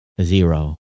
zero